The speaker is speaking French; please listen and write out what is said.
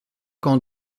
qu’en